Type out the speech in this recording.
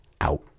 out